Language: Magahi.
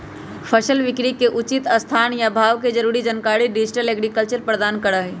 फसल बिकरी के उचित स्थान आ भाव के जरूरी जानकारी डिजिटल एग्रीकल्चर प्रदान करहइ